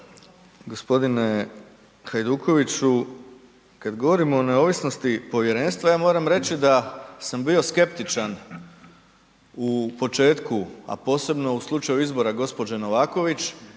(SDP)** Gospodine Hajdukoviću kad govorimo o neovisnosti povjerenstva ja moram reći da sam bio skeptičan u početku a posebno u slučaju izbora gospođe Novaković